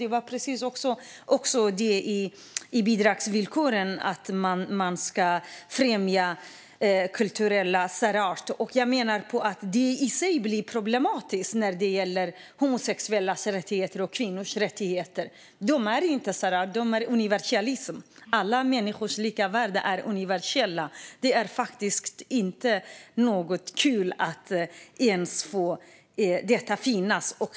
Det står också i bidragsvillkoren att man ska främja kulturell särart. Det i sig blir problematiskt när det gäller homosexuellas och kvinnors rättigheter. De utgör ingen särart utan är universella. Alla människors lika värde är universellt. Det är inte kul att något annat ens får finnas.